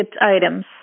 items